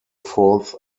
fourth